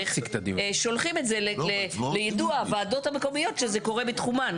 שולחים את זה ליידוע הוועדות המקומיות שזה קורה בתחומן,